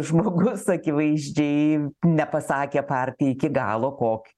žmogus akivaizdžiai nepasakė partijai iki galo kokį